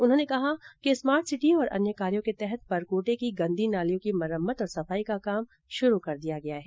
उन्होंने कहा कि स्मार्ट सिटी और अन्य कार्यों के तहत परकोटे की गन्दी नालियों की मरम्मत और सफाई का काम शुरू कर दिया गया है